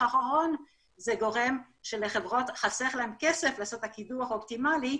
גורם שלחברות חסר כסף לעשות את הקידוח האופטימלי,